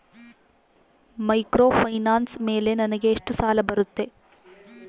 Microfinance ಮೇಲೆ ನನಗೆ ಎಷ್ಟು ಸಾಲ ಬರುತ್ತೆ?